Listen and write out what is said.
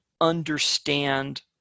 understand